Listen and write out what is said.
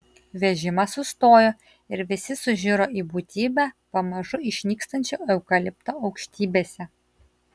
vežimas sustojo ir visi sužiuro į būtybę pamažu išnykstančią eukalipto aukštybėse